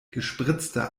gespritzter